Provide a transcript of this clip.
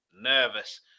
nervous